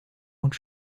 und